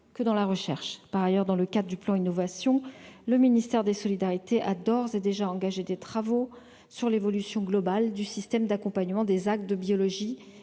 que dans la recherche par ailleurs dans le cas du plan innovation. Le ministère des solidarités, a d'ores et déjà engagé des travaux sur l'évolution globale du système d'accompagnement des actes de biologie